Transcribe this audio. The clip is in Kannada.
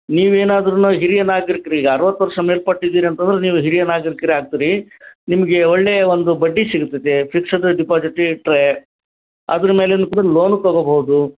ನೀವು ಏನಾದ್ರು ಹಿರಿಯ ನಾಗರಿಕ್ರೀಗ ಅರವತ್ತು ವರ್ಷ ಮೇಲ್ಪಟ್ಟಿದ್ದೀರಿ ಅಂತಂದ್ರೆ ನೀವು ಹಿರಿಯ ನಾಗರೀಕ್ರೆ ಆಗ್ತಿರಿ ನಿಮ್ಗೆ ಒಳ್ಳೆಯ ಒಂದು ಬಡ್ಡಿ ಸಿಗತೈತೆ ಫಿಕ್ಸಡ್ ಡಿಪಾಸಿಟ್ ಇಟ್ರೆ ಅದ್ರ ಮೇಲಿನು ಕೂಡ ಲೋನು ತಗೋಬಹುದು